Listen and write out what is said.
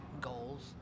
goals